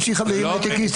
יש לי חברים היי-טקיסטים.